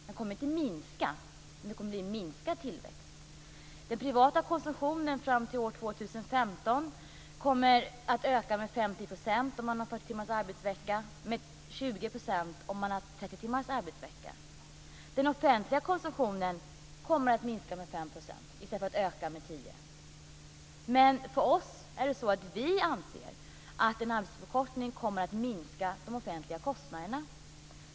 Den kommer inte att minska, men det kommer att bli en minskad tillväxt. Den privata konsumtionen fram till år 2015 kommer att öka med 50 % om man har 40 timmars arbetsvecka och med 20 % om man har 30 timmars arbetsvecka. Den offentliga konsumtionen kommer att minska med 5 % i stället för att öka med 10 %. Men vi anser att en arbetstidsförkortning kommer att minska de offentliga kostnaderna.